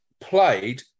played